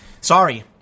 sorry